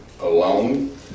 alone